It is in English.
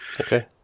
Okay